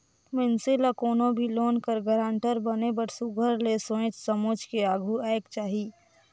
मइनसे ल कोनो भी लोन कर गारंटर बने बर सुग्घर ले सोंएच समुझ के आघु आएक चाही